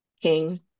king